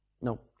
No